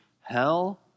hell